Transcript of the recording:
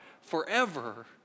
forever